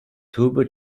turbo